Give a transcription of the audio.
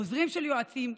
עוזרים של יועצים,